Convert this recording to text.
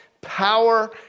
power